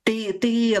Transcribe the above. tai tai